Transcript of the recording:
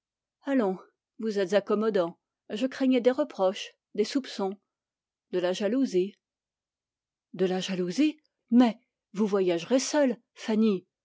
vous êtes accommodant je craignais des reproches de la jalousie de la jalousie mais vous voyagerez seule fanny